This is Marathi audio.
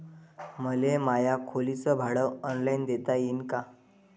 मले माया खोलीच भाड ऑनलाईन देता येईन का?